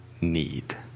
need